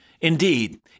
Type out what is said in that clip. Indeed